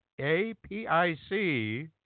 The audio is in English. A-P-I-C